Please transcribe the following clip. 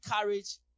courage